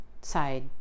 side